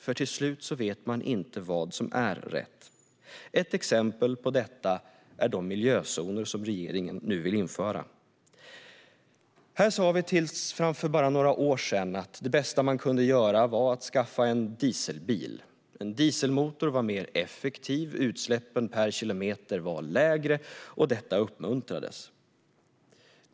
För till slut vet man inte vad som är rätt. Ett exempel på detta är de miljözoner som regeringen nu vill införa. Vi sa fram till för bara några år sedan att det bästa man kunde göra var att skaffa en dieselbil. En dieselmotor var mer effektiv och utsläppen per kilometer lägre, och detta uppmuntrades.